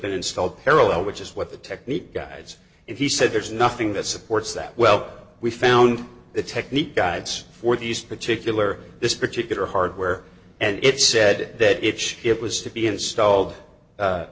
been installed parallel which is what the technique guides it he said there's nothing that supports that well we found the technique guides for these particular this particular hardware and it said that if it was to be installed